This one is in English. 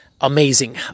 amazing